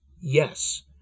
Yes